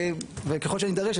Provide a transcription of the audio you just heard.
וככל שאני אידרש,